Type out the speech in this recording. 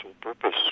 purpose